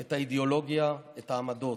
את האידיאולוגיה, את העמדות,